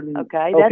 okay